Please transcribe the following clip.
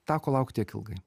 teko laukt tiek ilgai